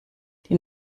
die